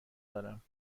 دارم